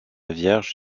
vierge